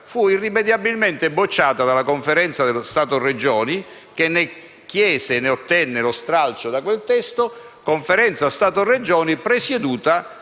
fu irrimediabilmente bocciata dalla Conferenza Stato-Regioni che ne chiese e ottenne lo stralcio da quel testo. La Conferenza era all'epoca presieduta